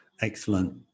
excellent